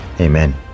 amen